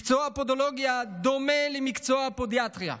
מקצוע הפודולוגיה דומה למקצוע הפודיאטריה,